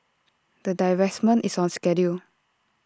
the divestment is on schedule